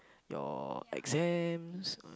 your exams